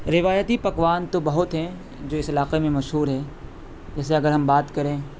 روایتی پکوان تو بہت ہیں جو اس علاقے میں مشہور ہے جیسے اگر ہم بات کریں